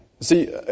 See